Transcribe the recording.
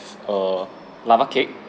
err lava cake